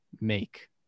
make